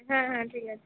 হ্যাঁ হ্যাঁ ঠিক আছে